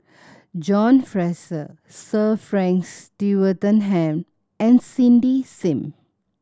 John Fraser Sir Frank Swettenham and Cindy Sim